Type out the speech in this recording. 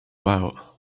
out